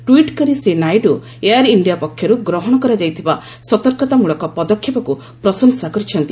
tweet କରି Shri Naidu Air India ପକ୍ଷରୁ ଗ୍ରହଣ କରାଯାଇଥିବା ସତର୍କତାମୂଳକ ପଦକ୍ଷେପକୁ ପ୍ରଶଂସା କରିଛନ୍ତି